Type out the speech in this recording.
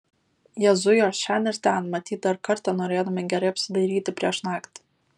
jie zujo šen ir ten matyt dar kartą norėdami gerai apsidairyti prieš naktį